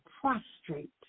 prostrate